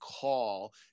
call